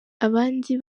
abandi